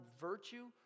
virtue